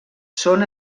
són